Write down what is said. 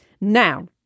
Now